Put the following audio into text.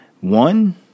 One